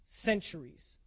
centuries